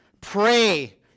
Pray